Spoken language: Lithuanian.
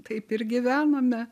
taip ir gyvenome